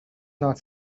not